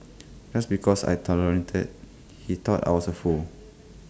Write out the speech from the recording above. just because I tolerated he thought I was A fool